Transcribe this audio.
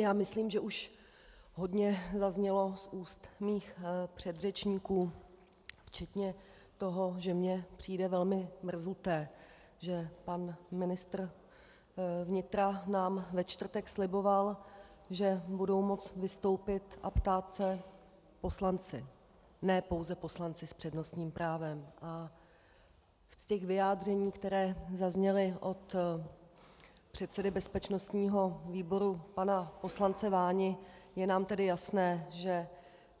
Já myslím, že už hodně zaznělo z úst mých předřečníků, včetně toho, že mně přijde velmi mrzuté, že pan ministr vnitra nám ve čtvrtek sliboval, že budou moct vystoupit a ptát se poslanci, ne pouze poslanci s přednostním právem, a z těch vyjádření, která zazněla od předsedy bezpečnostního výboru pana poslance Váni, je nám tedy jasné, že